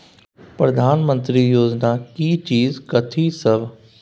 प्रधानमंत्री योजना की चीज कथि सब?